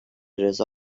رضا